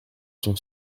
son